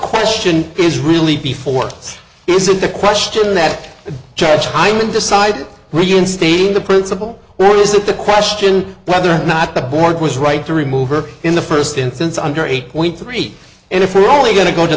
question is really before it isn't the question that the judge i mean decide reinstating the principle or is it the question whether or not the board was right to remove or in the first instance under eight point three and if are only going to go to